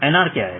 NR क्या है